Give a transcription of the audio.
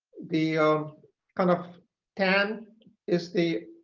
the kind of tan is the